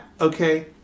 okay